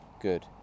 Good